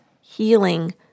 healing